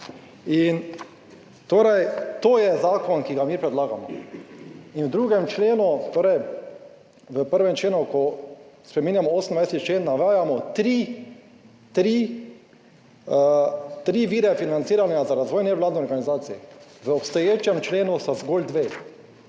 in torej to je zakon, ki ga mi predlagamo. In v 2. členu, torej v 1. členu, ko spreminjamo 28. člen navajamo tri vire financiranja za razvoj nevladnih organizacij. V obstoječem členu sta zgolj dve,